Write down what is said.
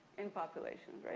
in populations?